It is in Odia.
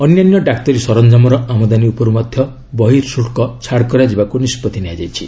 ଅନ୍ୟାନ୍ୟ ଡାକ୍ତରୀ ସରଞ୍ଜାମର ଆମଦାନୀ ଉପରୁ ମଧ୍ୟ ବହିଃଶୁଳ୍କ ଛାଡ଼ କରାଯିବାକୁ ନିଷ୍ପତ୍ତି ନିଆଯାଇଛି